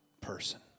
person